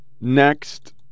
next